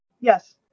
yes